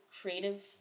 creative